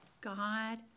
God